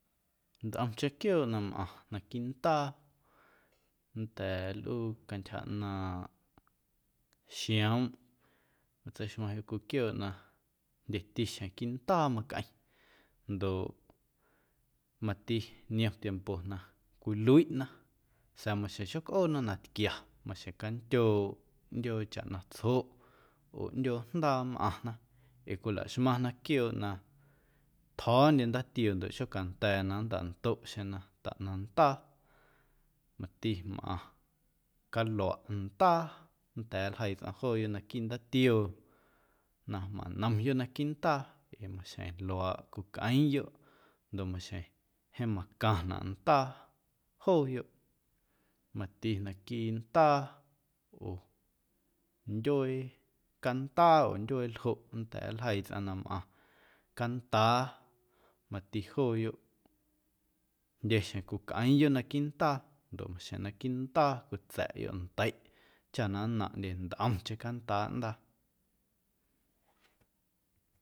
Ntꞌomcheⁿ quiooꞌ na mꞌaⁿ quiiꞌ ndaa nnda̱a̱ nlꞌuu cantyja ꞌnaaⁿꞌ xioomꞌ matseixmaⁿyoꞌ cwii quiooꞌ na jndyetixjeⁿ quiiꞌ ndaa macꞌeⁿ ndoꞌ mati niom tiempo na cwiluiꞌna sa̱a̱ maxjeⁿ xocꞌoona na tquia maxjeⁿ candyooꞌ ꞌndyoo chaꞌ na tsjoꞌ oo ꞌndyoo jndaa mꞌaⁿna ee cwilaxmaⁿna quiooꞌ na tjo̱o̱ndye ndaatioo ndoꞌ xocanda̱a̱ na nntaꞌndoꞌ xeⁿ na taꞌnaⁿ nda̱a̱ mati mꞌaⁿ caluaꞌndaa nnda̱a̱ nljeii tsꞌaⁿ jooyoꞌ naquiiꞌ ndaatioo na manomyoꞌ naquiiꞌ ndaa ee maxjeⁿ luaaꞌ cwicꞌeeⁿyoꞌ ndoꞌ maxjeⁿ jeeⁿ macaⁿnaꞌ ndaa jooyoꞌ mati naquiiꞌ ndaa oo ndyuee candaa oo ndyuee ljoꞌ nljeii tsꞌaⁿ na mꞌaⁿ candaa mati jooyoꞌ jndye xjeⁿ cwicꞌeeⁿyo naquiiꞌ ndaa ndoꞌ xjeⁿ naquiiꞌ ndaa cwitsa̱ꞌyoꞌ ndeiꞌ chaꞌ na nnaⁿꞌndye ntꞌomcheⁿ candaa ꞌndaa.